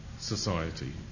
society